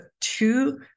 two